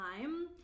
time